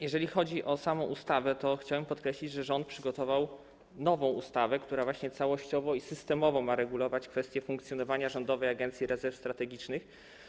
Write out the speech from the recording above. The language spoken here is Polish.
Jeżeli chodzi o samą ustawę, to chciałem podkreślić, że rząd przygotował nową ustawę, która właśnie całościowo i systemowo ma regulować kwestię funkcjonowania Rządowej Agencji Rezerw Strategicznych.